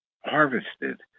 harvested